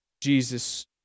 Jesus